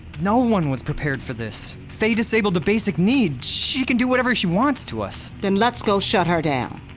no one was prepared for this. faye disabled the basic need, sh-she can do whatever she wants to us then let's go shut her down!